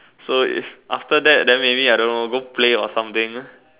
so is after that maybe I don't know go play or something